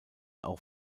auch